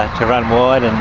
to run wide